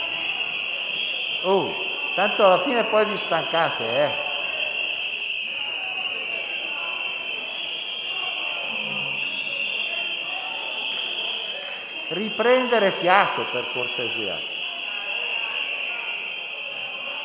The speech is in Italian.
Tanto alla fine poi vi stancate. Riprendete fiato, per cortesia.